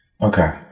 Okay